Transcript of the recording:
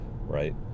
right